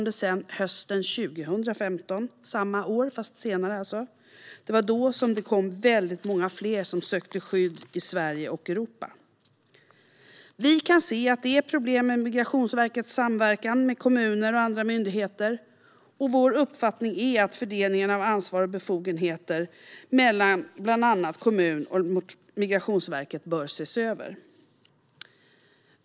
Det var hösten 2015, alltså samma år fast senare, det kom väldigt många fler som sökte skydd i Sverige och Europa. Vi kan se att det finns problem i Migrationsverkets samverkan med kommuner och andra myndigheter, och vår uppfattning är att fördelningen av ansvar och befogenheter mellan bland annat kommuner och Migrationsverket bör ses över.